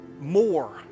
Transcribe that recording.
more